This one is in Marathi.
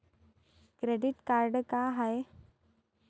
क्रेडिट कार्ड का हाय?